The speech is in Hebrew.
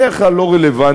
בדרך כלל לא רלוונטיות,